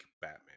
Batman